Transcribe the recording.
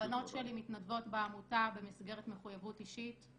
הבנות שלי מתנדבות בעמותה במסגרת מחויבות אישית.